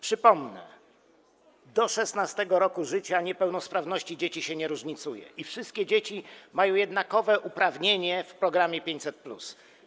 Przypomnę, do 16. roku życia niepełnosprawności dzieci się nie różnicuje i wszystkie dzieci mają jednakowe uprawnienie w programie 500+.